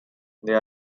they